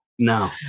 No